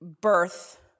birth